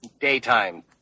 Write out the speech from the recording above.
daytime